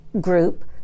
group